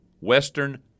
Western